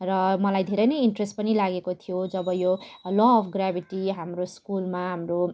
र मलाई धेरै नै इन्ट्रेस्ट पनि लागेको थियो जब यो ल अफ ग्राभिटी हाम्रो स्कुलमा हाम्रो